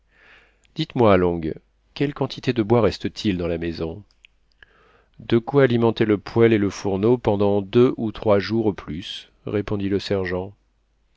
dites-moi long quelle quantité de bois reste-t-il dans la maison de quoi alimenter le poêle et le fourneau pendant deux ou trois jours au plus répondit le sergent